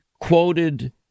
quoted